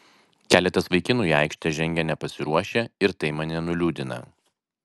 keletas vaikinų į aikštę žengę nepasiruošę ir tai mane nuliūdina